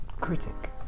critic